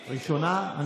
ראשונה.